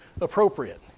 appropriate